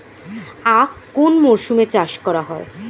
আখ কোন মরশুমে চাষ করা হয়?